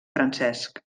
francesc